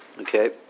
okay